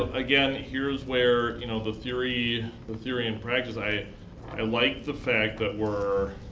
again here's where you know the theory the theory and practice, i i like the fact that we're,